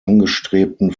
angestrebten